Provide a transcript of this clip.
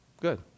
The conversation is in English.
good